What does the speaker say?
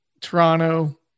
Toronto